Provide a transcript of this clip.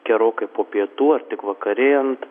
gerokai po pietų ar tik vakarėjant